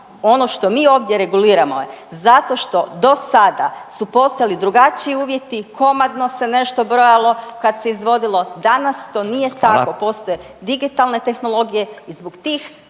Ono što mi ovdje reguliramo je zato što do sada su postojali drugačiji uvjeti, komadno se nešto brojalo kad se izvodilo, danas to nije tako, postoje digitalne tehnologije i zbog tih